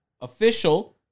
official